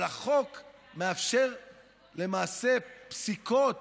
אבל החוק מאפשר למעשה פסיקות